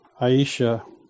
Aisha